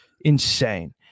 insane